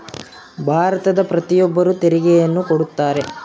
ಭಾರತದ ಪ್ರತಿಯೊಬ್ಬರು ತೆರಿಗೆಯನ್ನು ಕೊಡುತ್ತಾರೆ